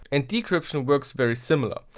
and decryption works very similar,